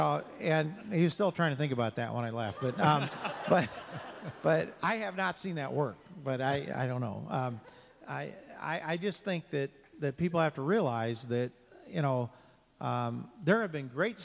know and he's still trying to think about that when i laugh but but but i have not seen that work but i don't know i just think that that people have to realize that you know there have been great